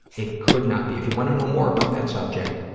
it could not be. if you want to know more about that subject,